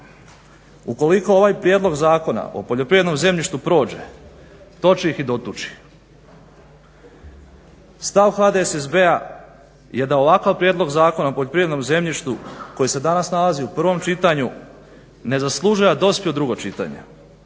Ukoliko ovaj Prijedlog zakona o poljoprivrednom zemljištu prođe to će ih i dotući. Stav HDSSB-a je da ovakav Prijedlog zakona o poljoprivrednom zemljištu koji se danas nalazi u prvom čitanju ne zaslužuje da dospije u drugo čitanje